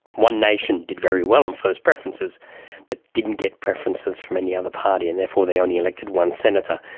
one nation did very well on first preferences but didn't get preferences from any other party and therefore they only elected one senator,